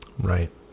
Right